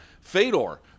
Fedor